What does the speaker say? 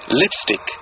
lipstick